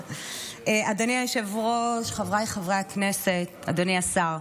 אדוני היושב-ראש, חבריי חברי הכנסת, אדוני השר,